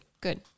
Good